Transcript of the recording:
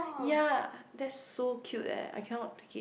ya that's so cute eh I cannot take it